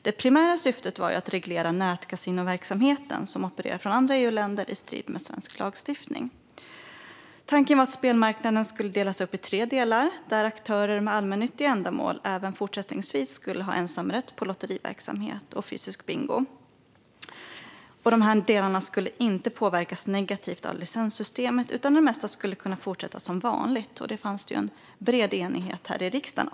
Det primära syftet var att reglera nätkasinoverksamheten, som opererar från andra EU-länder i strid med svensk lagstiftning. Tanken var att spelmarknaden skulle delas upp i tre delar, där aktörer med allmännyttiga ändamål även fortsättningsvis skulle ha ensamrätt på lotteriverksamhet och fysisk bingo. Dessa delar skulle inte påverkas negativt av licenssystemet, utan det mesta skulle kunna fortsätta som vanligt. Detta fanns det en bred enighet om här i riksdagen.